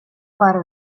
para